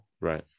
right